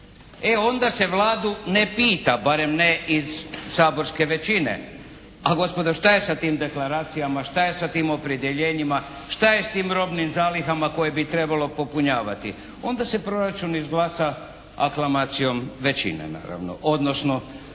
E, onda se Vladu ne pita, barem ne iz saborske većine. A gospodo, šta je sa tim deklaracijama, šta je sa tim opredjeljenjima, šta je s tim robnim zalihama koje bi trebalo popunjavati? Onda se proračun izglasa aklamacijom većine naravno, odnosno